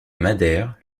madère